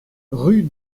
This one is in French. rue